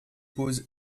pose